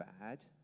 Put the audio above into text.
bad